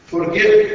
Forgive